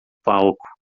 palco